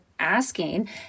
asking